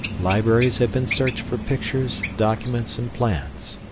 libraries have been searched for pictures, documents, and plans.